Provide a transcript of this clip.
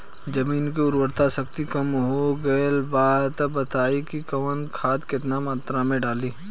जमीन के उर्वारा शक्ति कम हो गेल बा तऽ बताईं कि कवन खाद केतना मत्रा में डालि?